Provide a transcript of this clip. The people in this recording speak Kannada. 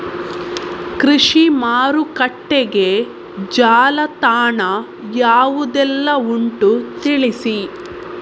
ಕೃಷಿ ಮಾರುಕಟ್ಟೆಗೆ ಜಾಲತಾಣ ಯಾವುದೆಲ್ಲ ಉಂಟು ತಿಳಿಸಿ